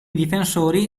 difensori